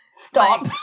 Stop